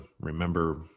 remember